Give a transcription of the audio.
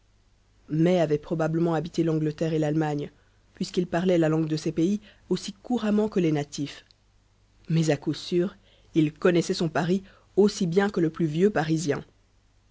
mai avait probablement habité l'angleterre et l'allemagne puisqu'il parlait la langue de ces pays aussi couramment que les natifs mais à coup sûr il connaissait son paris aussi bien que le plus vieux parisien